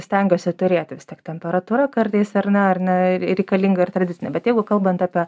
stengiuosi turėti vis tiek temperatūra kartais ar ne ar ne reikalinga ir tradicinė bet jeigu kalbant apie